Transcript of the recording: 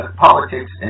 politics